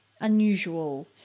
unusual